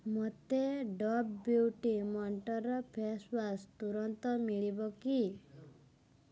ମୋତେ Dove beauty moisture face wash ତୁରନ୍ତ ମିଳିବ କି